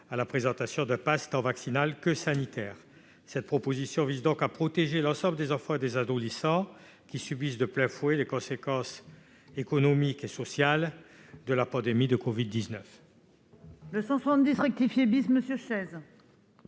à la présentation d'un passe, tant vaccinal que sanitaire, pour les jeunes de moins de 18 ans. Cette proposition vise donc à protéger l'ensemble des enfants et des adolescents, qui subissent de plein fouet les conséquences économiques et sociales de la pandémie de covid-19.